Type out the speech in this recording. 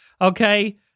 okay